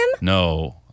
No